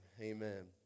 Amen